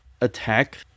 attack